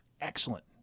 Excellent